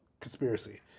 conspiracy